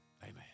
Amen